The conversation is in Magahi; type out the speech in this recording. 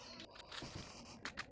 फसल कटाई के सही समय के पता कैसे लगते?